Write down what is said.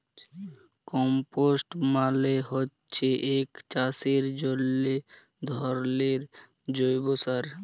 compost মালে হচ্যে এক চাষের জন্হে ধরলের জৈব সার